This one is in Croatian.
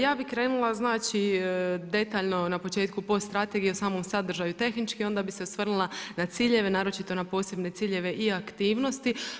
Ja bih krenula znači detaljno na početku poststrategije, o samom sadržaju tehnički i onda bih se osvrnula na ciljeve, naročito na posebne ciljeve i aktivnosti.